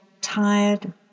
tired